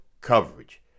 coverage